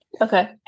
okay